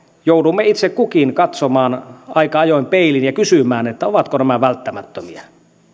joudumme itse kukin katsomaan aika ajoin peiliin ja kysymään ovatko nämä välttämättömiä